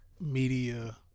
media